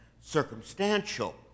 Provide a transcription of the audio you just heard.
circumstantial